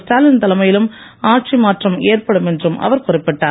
ஸ்டாலின் தலைமையிலும் ஆட்சி மாற்றம் ஏற்படும் என்றும் அவர் குறிப்பிட்டார்